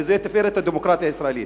וזו תפארת הדמוקרטיה הישראלית.